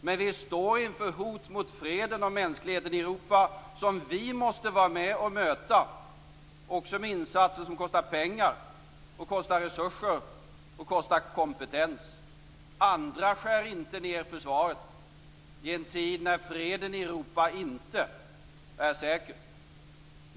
Men vi står inför hot mot freden och mänskligheten i Europa som vi måste vara med och möta, också med insatser som kostar pengar, resurser och kompetens. Andra skär inte ned försvaret i en tid då freden i Europa inte är säker.